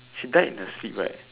she died in her sleep right